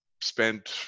spent